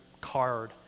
card